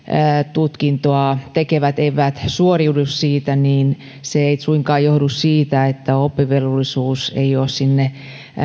tutkintoa tekevät eivät suoriudu siitä niin se ei suinkaan johdu siitä että oppivelvollisuutta ei ole sinne